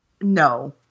No